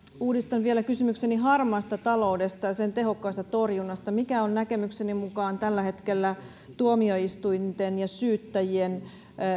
uudistan vielä kysymykseni harmaasta taloudesta ja sen tehokkaasta torjunnasta mitkä ovat näkemyksenne mukaan tällä hetkellä tuomioistuinten ja syyttäjien